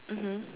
mmhmm